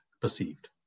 perceived